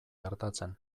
gertatzen